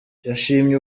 yashimye